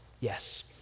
Yes